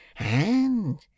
And